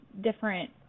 different